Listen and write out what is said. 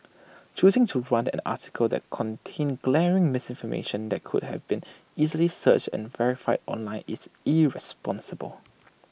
choosing to run an article that contained glaring misinformation that could have been easily searched and verified online is irresponsible